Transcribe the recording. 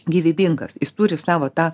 gyvybingas jis turi savo tą